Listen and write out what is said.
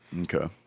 Okay